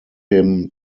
him